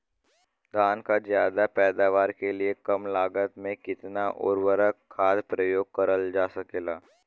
धान क ज्यादा पैदावार के लिए कम लागत में कितना उर्वरक खाद प्रयोग करल जा सकेला?